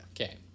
Okay